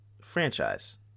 franchise